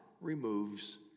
removes